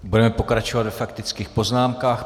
Budeme pokračovat ve faktických poznámkách.